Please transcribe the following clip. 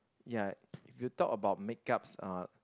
ya if you talk about make ups uh